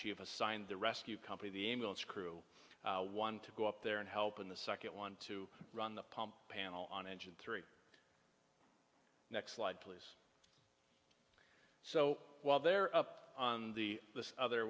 chief assigned the rescue company the ambulance crew one to go up there and help in the second one to run the pump panel on engine three next slide please so while they're up on the other